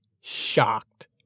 shocked